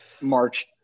March